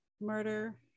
murder